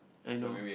I know